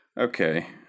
Okay